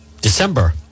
December